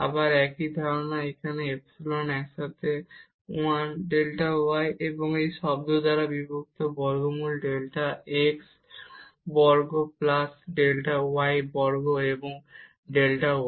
আবার এখানে এই ইপসিলন একসাথে 1 ডেল্টা y এবং এই টার্ম দ্বারা বিভক্ত বর্গমূল হবে ডেল্টা x বর্গ প্লাস ডেল্টা y বর্গ এবং ডেল্টা y